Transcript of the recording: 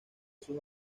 sus